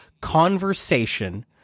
conversation